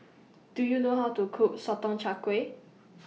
Do YOU know How to Cook Sotong Char Kway